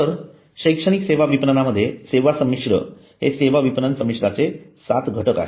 तर शैक्षणिक सेवा विपणनामध्ये सेवा संमिश्र हे सेवा विपणन मिश्रणाचे हे सात घटक आहेत